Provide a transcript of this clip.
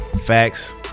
Facts